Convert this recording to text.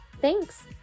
Thanks